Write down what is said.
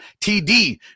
TD